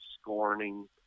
scorning